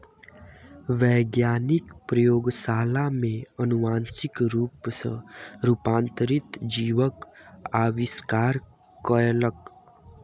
वैज्ञानिक प्रयोगशाला में अनुवांशिक रूप सॅ रूपांतरित जीवक आविष्कार कयलक